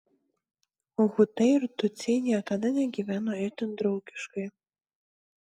hutai ir tutsiai niekada negyveno itin draugiškai